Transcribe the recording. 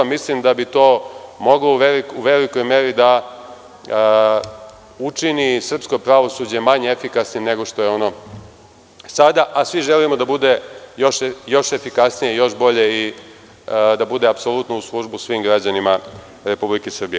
Mislim da bi to u velikoj meri učinilo srpsko pravosuđe manje efikasnim nego što je ono sada, a svi želimo da bude još efikasnije, još bolje i da bude apsolutno u službi svim građanima Republike Srbije.